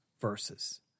verses